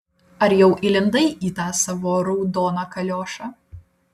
ar jau įlindai į tą savo raudoną kaliošą